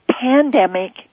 pandemic